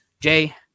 Jay